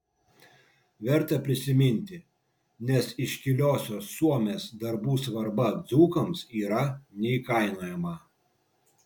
verta prisiminti nes iškiliosios suomės darbų svarba dzūkams yra neįkainojama